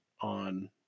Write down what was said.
on